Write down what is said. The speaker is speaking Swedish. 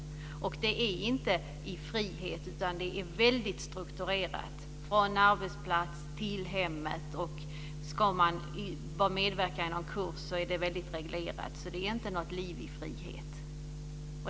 Det är inte en vistelse i frihet, utan den är väldigt strukturerad från arbetsplats till hemmet. Om den intagne ska medverka i en kurs är det väldigt reglerat. Det är inte något liv i frihet.